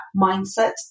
mindset